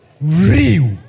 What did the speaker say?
Real